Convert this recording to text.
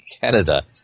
Canada